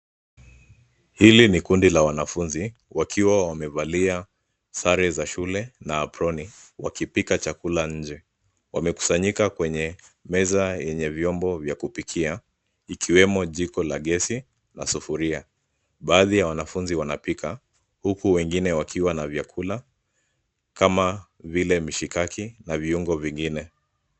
Hili ni kundi la wanafunzi, wakiwa wamevalia sare za shule na aproni, wakipika chakula nje. Wamekusanyika kwenye meza yenye vyombo vya kupikia, ikiwemo jiko la gesi na sufuria. Baadhi ya wanafunzi wanapika, huku wengine wakiwa na vyakula, kama vile mshikaki na viungo vingine.